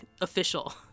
official